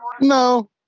No